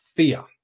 Fear